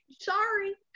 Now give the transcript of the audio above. sorry